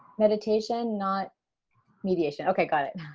meditation not mediation okay got it